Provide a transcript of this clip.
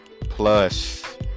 plus